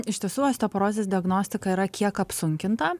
iš tiesų osteoporozės diagnostika yra kiek apsunkinta